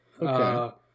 Okay